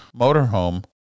motorhome